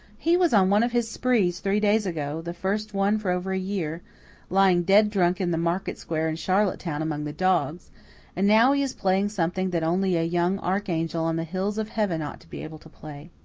he was on one of his sprees three days ago the first one for over a year lying dead-drunk in the market square in charlottetown among the dogs and now he is playing something that only a young archangel on the hills of heaven ought to be able to play.